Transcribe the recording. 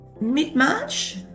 mid-March